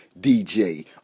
DJ